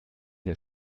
der